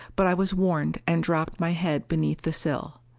but i was warned and dropped my head beneath the sill.